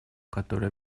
которая